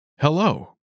Hello